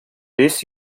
this